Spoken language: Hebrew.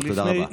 תודה רבה.